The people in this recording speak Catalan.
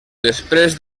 després